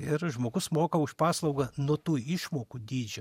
ir žmogus moka už paslaugą nuo tų išmokų dydžio